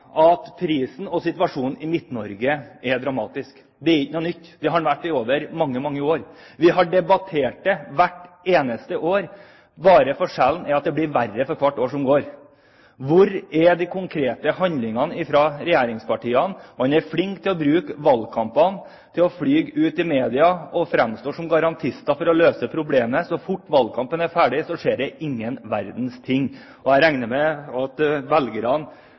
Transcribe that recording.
at prisen i og situasjonen for Midt-Norge er dramatisk. Det er ikke noe nytt. Det har den vært i mange, mange år. Vi har debattert det hvert eneste år, forskjellen er bare at det blir verre for hvert år som går. Hvor er de konkrete handlingene fra regjeringspartiene? En er flink til å bruke valgkampen til å fly ut i media og framstå som garantister for å løse problemet. Så fort valgkampen er ferdig, skjer det ingen verdens ting. Jeg regner med at velgerne